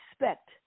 respect